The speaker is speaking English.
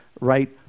right